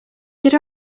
could